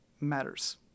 matters